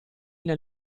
nel